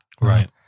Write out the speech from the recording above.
right